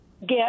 get